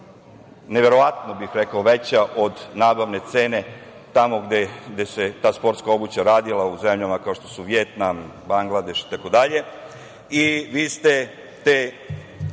neverovatno bih rekao, veća od nabavne cene tamo gde se ta sportska obuća radila u zemljama kao što su Vijetnam, Bangladeš itd. Vi ste te